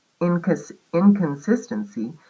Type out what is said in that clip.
Inconsistency